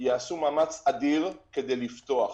יעשו מאמץ אדיר כדי לפתוח.